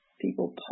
people